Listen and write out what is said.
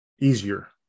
easier